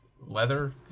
leather